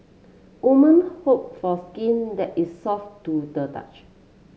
women hope for skin that is soft to the touch